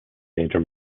major